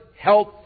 health